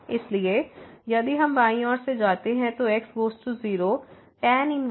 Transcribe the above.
इसलिए यदि हम बायीं ओर से जाते हैं तो x goes to 0 tan inverse 1xहै